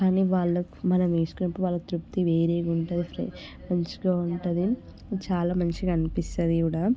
కానీ వాళ్ళకు మనం వేసుకున్నప్పుడు వాళ్ళకు తృప్తి వేరే ఉంటుంది మంచిగా ఉంటుంది చాలా మంచిగా అనిపిస్తుంది కూడా